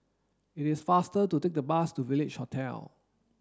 it is faster to take the bus to Village Hotel